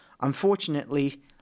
Unfortunately